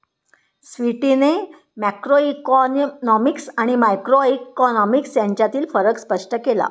स्वीटीने मॅक्रोइकॉनॉमिक्स आणि मायक्रोइकॉनॉमिक्स यांतील फरक स्पष्ट केला